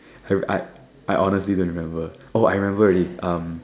I I honestly don't remember oh I remember already um